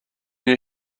you